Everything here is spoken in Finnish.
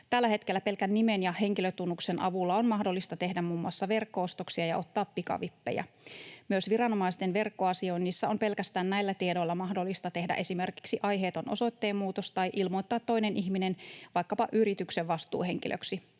Tällä hetkellä pelkän nimen ja henkilötunnuksen avulla on mahdollista tehdä muun muassa verkko-ostoksia ja ottaa pikavippejä. Myös viranomaisten verkkoasioinnissa on pelkästään näillä tiedoilla mahdollista tehdä esimerkiksi aiheeton osoitteenmuutos tai ilmoittaa toinen ihminen vaikkapa yrityksen vastuuhenkilöksi.